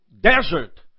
desert